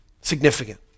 significant